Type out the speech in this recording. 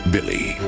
Billy